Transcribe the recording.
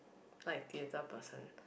like theatre person